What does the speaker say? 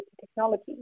technology